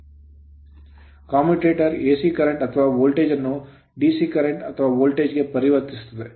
Commutator commutator AC current current ಅಥವಾ voltage voltage ಅನ್ನು DC current current ಅಥವಾ voltage voltage ಗೆ ಪರಿವರ್ತಿಸುತ್ತದೆ